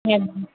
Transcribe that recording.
ਹਾਂਜੀ